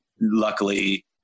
luckily